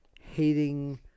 hating